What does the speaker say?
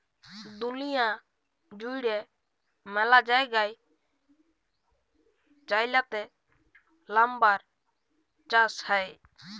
দুঁলিয়া জুইড়ে ম্যালা জায়গায় চাইলাতে লাম্বার চাষ হ্যয়